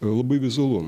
labai vizualu